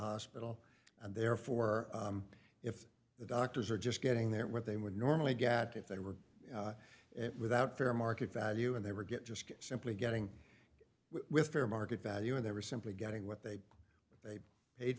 hospital and therefore if the doctors are just getting their what they would normally get if they were it without fair market value and they were get just simply getting with fair market value and they were simply getting what they